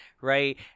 right